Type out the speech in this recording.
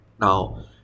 Now